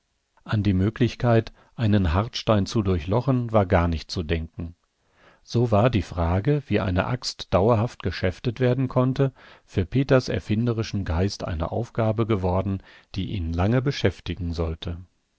an die möglichkeit einen hartstein zu durchlochen war gar nicht zu denken so war die frage wie eine axt dauerhaft geschäftet werden konnte für peters erfinderischen geist eine aufgabe geworden die ihn lange beschäftigen sollte